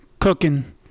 cooking